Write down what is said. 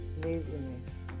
laziness